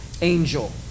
Angel